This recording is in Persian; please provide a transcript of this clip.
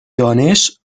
دانش